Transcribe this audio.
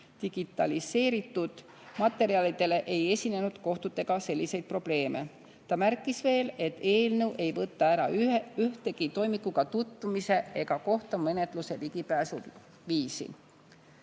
digitaliseeritud materjalidele ei esinenud kohtutega selliseid probleeme. Ta märkis veel, et eelnõu ei võta ära ühtegi toimikuga tutvumise ega kohtumenetluse ligipääsu viisi.